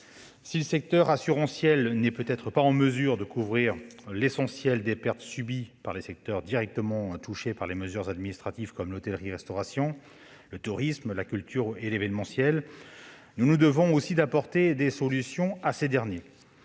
Si le secteur assurantiel n'est peut-être pas en mesure de couvrir l'essentiel des pertes subies par les secteurs directement touchés par les mesures administratives comme l'hôtellerie-restauration, le tourisme, la culture et l'événementiel, nous nous devons aussi d'apporter des solutions à ces derniers.